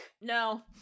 No